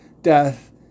death